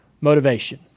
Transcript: motivation